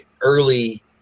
early